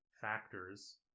factors